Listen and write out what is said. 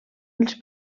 els